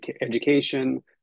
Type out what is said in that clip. Education